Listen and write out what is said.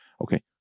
okay